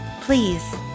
Please